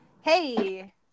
hey